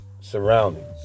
surroundings